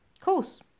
course